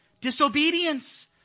Disobedience